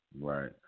Right